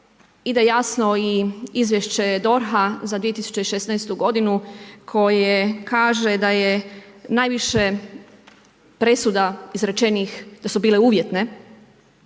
ide jasno i izvješće DORH-a za 2016. godinu koje kaže da je najviše presuda izrečenih, da su bile uvjetne,